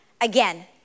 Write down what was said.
again